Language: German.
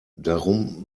darum